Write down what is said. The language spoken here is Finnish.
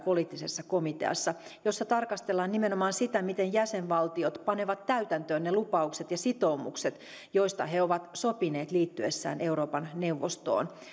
poliittisessa komiteassa jossa tarkastellaan nimenomaan sitä miten jäsenvaltiot panevat täytäntöön ne lupaukset ja sitoumukset joista he ovat sopineet liittyessään euroopan neuvostoon